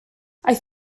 aeth